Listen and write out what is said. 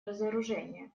разоружение